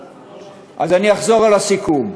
אז אני אחזור על הסיכום: